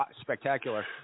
spectacular